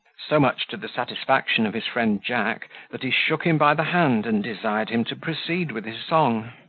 so much to the satisfaction of his friend jack, that he shook him by the hand, and desired him to proceed with his song.